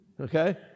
Okay